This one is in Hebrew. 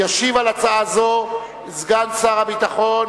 התש"ע 2010. ישיב על הצעה זו סגן שר הביטחון,